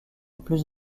plus